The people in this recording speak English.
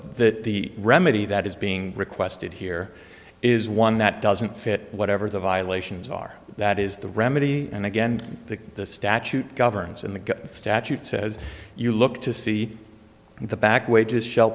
that the remedy that is being requested here is one that doesn't fit whatever the violations are that is the remedy and again the statute governs in the statute says you look to see in the back wages shall